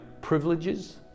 privileges